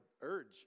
urge